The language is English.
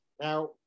Now